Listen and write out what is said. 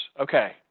Okay